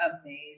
Amazing